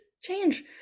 change